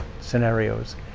scenarios